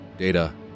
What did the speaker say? Data